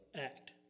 Act